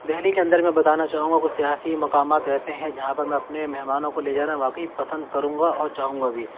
دہلی کے اندر میں بتانا چاہوں گا کچھ سیاسی مقامات ایسے ہیں جہاں پر میں اپنے مہمانوں کو لے جانا واقعی پسند کروں گا اور چاہوں گا بھی